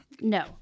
no